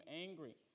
angry